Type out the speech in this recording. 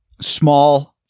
Small